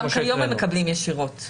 גם כיום הם מקבלים ישירות.